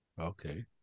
Okay